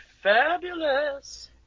fabulous